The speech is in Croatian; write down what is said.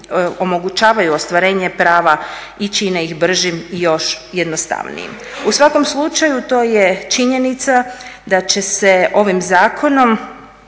omogućavaju ostvarenje prava i čine ih bržim i još jednostavnijim. U svakom slučaju to je činjenica da će se ovim zakonom